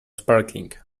sparkling